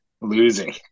Losing